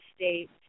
States